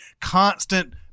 constant